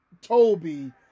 Toby